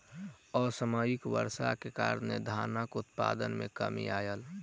असामयिक वर्षाक कारणें धानक उत्पादन मे कमी आयल